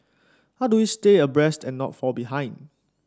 how do we stay abreast and not fall behind